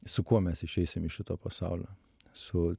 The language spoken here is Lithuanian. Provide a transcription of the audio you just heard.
su kuo mes išeisim iš šito pasaulio su